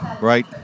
right